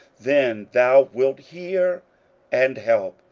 then thou wilt hear and help.